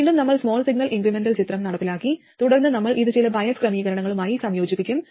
വീണ്ടും നമ്മൾ small signal incremental ചിത്രം നടപ്പിലാക്കി തുടർന്ന് നമ്മൾ ഇത് ചില ബയസ് ക്രമീകരണങ്ങളുമായി സംയോജിപ്പിക്കും